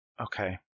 Okay